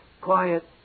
quiet